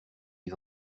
les